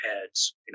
heads